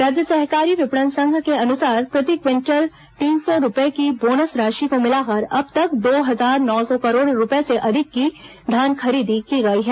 राज्य सहकारी विपणन संघ के अनुसार प्रति क्विटल तीन सौ रूपए की बोनस राशि को मिलाकर अब तक दो हजार नौ सौ करोड़ रूपए से अधिक की धान खरीदी की गई है